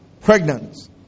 pregnant